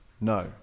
no